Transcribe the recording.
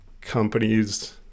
companies